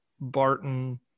Barton